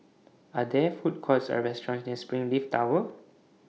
Are There Food Courts Or restaurants near Springleaf Tower